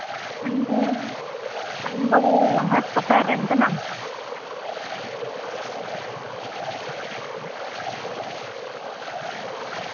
ᱟᱢ ᱫᱚ ᱟᱢ ᱫᱚ ᱦᱟᱥᱯᱟᱛᱟᱞ ᱨᱮᱱ ᱠᱟᱱᱟᱢ